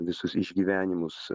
visus išgyvenimus